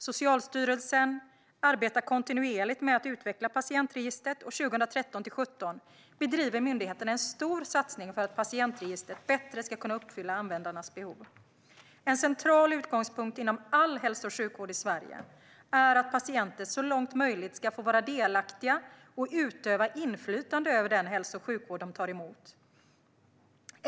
Socialstyrelsen arbetar kontinuerligt med att utveckla patientregistret, och 2013-2017 bedriver myndigheten en stor satsning för att patientregistret bättre ska kunna uppfylla användarnas behov. En central utgångspunkt inom all hälso och sjukvård i Sverige är att patienter så långt möjligt ska få vara delaktiga och utöva inflytande över den hälso och sjukvård de tar emot.